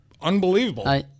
unbelievable